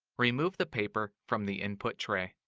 remove the paper from the input tray.